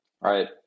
right